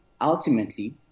ultimately